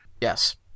Yes